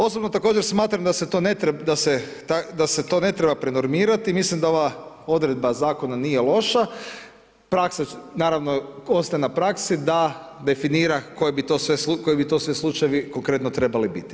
Osobno također smatram da se to ne treba prenormirati, mislim da ova odredba zakona nije loša, praksa, naravno, ostaje na praski, da definira, koji bi to sve slučajevi konkretno trebali biti.